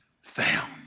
found